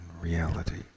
reality